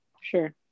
Sure